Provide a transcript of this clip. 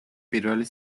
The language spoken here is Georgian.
პირველი